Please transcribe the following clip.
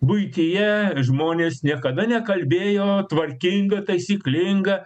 buityje žmonės niekada nekalbėjo tvarkinga taisyklinga